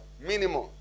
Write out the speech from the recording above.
minimum